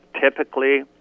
Typically